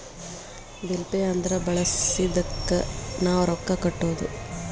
bill pay ಅಂದ್ರ ಬಳಸಿದ್ದಕ್ಕ್ ನಾವ್ ರೊಕ್ಕಾ ಕಟ್ಟೋದು